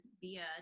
via